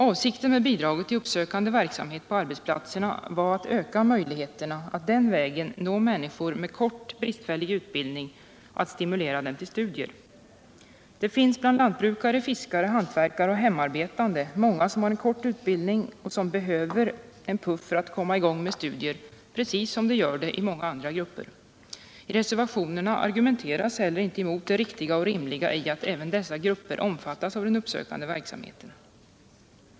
Avsikten med bidraget till uppsökande verksamhet på arbetsplatserna var att öka möjligheterna att den vägen nå människor med kort, bristfällig utbildning och att stimulera dem till studier. Det finns bland lantbrukare, fiskare, hantverkare och hemarbetande många som har en kort utbildning och som behöver en puff för att komma i gång med studier, precis som när det gäller många andra grupper. I reservationerna argumenteras inte heller emot det riktiga och rimliga i att även dessa grupper omfattas av den uppsökande verksamheten.